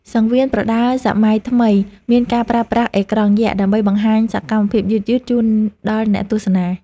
សង្វៀនប្រដាល់សម័យថ្មីមានការប្រើប្រាស់អេក្រង់យក្ស ដើម្បីបង្ហាញសកម្មភាពយឺតៗជូនដល់អ្នកទស្សនា។